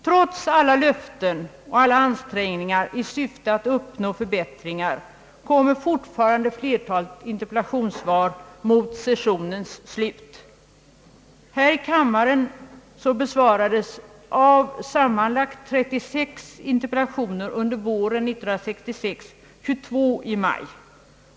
Trots alla löften och alla ansträngningar i syfte att uppnå förbättringar kommer = flertalet interpellationssvar fortfarande mot sessionens slut. Här i första kammaren besvarades under våren 1966 sammanlagt 36 interpellationer, varav 22 i maj.